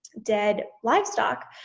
dead livestock.